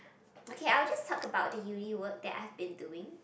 okay I will just talk about the uni work that I've been doing